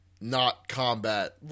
not-combat